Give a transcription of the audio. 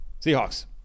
Seahawks